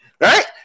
Right